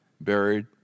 buried